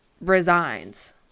resigns